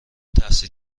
تحصیل